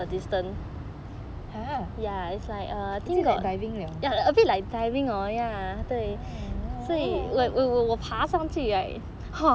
!huh! is it like diving liao ah